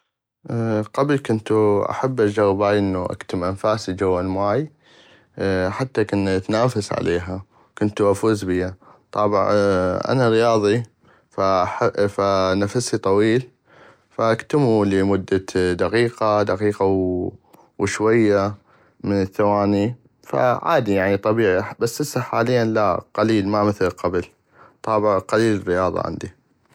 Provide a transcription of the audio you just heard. قبل كنتو احب اجغب هاي انو اكتم انفاسي جوا الماي حتى كنا نتنافس عليها كنتو افوز بيها طابع انا رياضي فا فانفسي طويل فاكتمو لمدة دقيقة دقيقة ووشوية من الثواني فعادي يعني طبيعي بس هسه حاليا لا قليل ما مثل قبل طابع قليل الرياضة عندي.